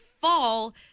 fall